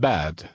Bad